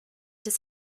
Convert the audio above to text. des